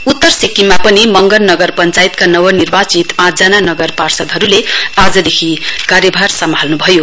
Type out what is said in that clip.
उत्तर सिक्किममा पनि मंगन नगर पञ्चायतका नव निर्वाचित पाँचजना नगर पार्षदहरुले आजदेखि कार्यभार सम्हाल्न्भयो